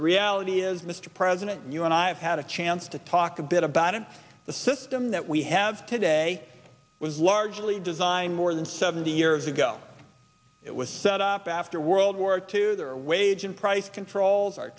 reality is mr president you and i have had a chance to talk a bit about it the system that we have today was largely designed more than seventy years ago it was set up after world war two there were wage and price controls our